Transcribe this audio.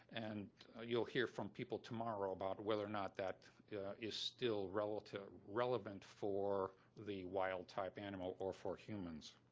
and you'll hear from people tomorrow about whether or not that is still relevant ah relevant for the wild type animal or for humans.